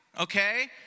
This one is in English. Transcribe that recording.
okay